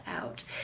out